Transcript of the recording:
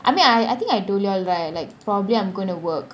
I mean I I think I told you all right like probably I'm going to work